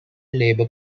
labor